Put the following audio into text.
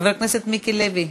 חבר הכנסת מיקי לוי.